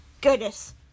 goodness